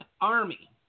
Army